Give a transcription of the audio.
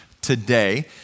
today